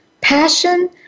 Passion